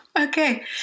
Okay